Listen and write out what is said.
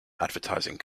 advertising